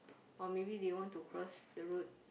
or maybe they want to cross the road